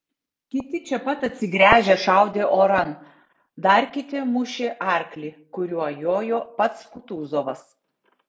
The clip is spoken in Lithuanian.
kiti čia pat atsigręžę šaudė oran dar kiti mušė arklį kuriuo jojo pats kutuzovas